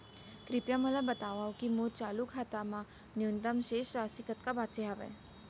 कृपया मोला बतावव की मोर चालू खाता मा न्यूनतम शेष राशि कतका बाचे हवे